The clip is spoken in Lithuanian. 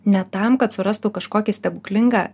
ne tam kad surastų kažkokį stebuklingą